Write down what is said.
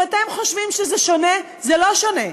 אם אתם חושבים שזה שונה, זה לא שונה.